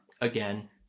Again